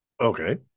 Okay